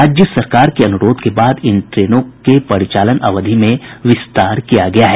राज्य सरकार के अनुरोध के बाद इन ट्रेनों के परिचालन अवधि में विस्तार किया गया है